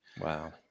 Wow